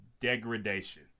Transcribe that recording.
degradation